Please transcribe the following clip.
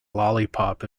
lollipop